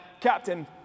captain